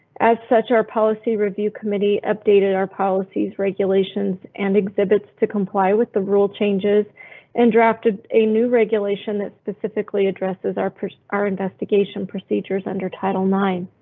as such, our policy review committee updated our policy's regulations and exhibits to comply with the rule changes and drafted a new regulation that specifically addresses are our investigation procedures under title nine.